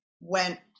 went